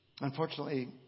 Unfortunately